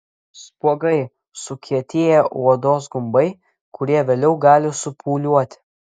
spuogai sukietėję odos gumbai kurie vėliau gali supūliuoti